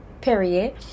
period